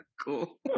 Cool